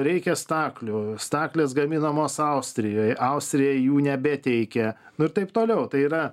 reikia staklių staklės gaminamos austrijoj austrija jų nebeteikia nu ir taip toliau tai yra